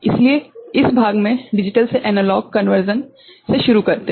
इसलिए हम इस भाग में डिजिटल से एनालॉग रूपांतरण से शुरू करते हैं